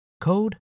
code